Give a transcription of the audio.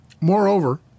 Moreover